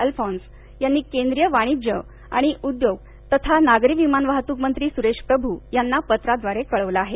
Alphonse यांनी केंद्रीय वाणिज्य आणि उद्योग तथा नागरी विमान वाहतूक मंत्री सुरेश प्रभ् यांना पत्राद्वारे कळविले आहे